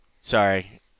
sorry